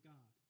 God